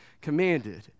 commanded